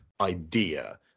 idea